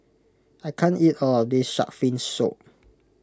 I can't eat all of this Shark's Fin Soup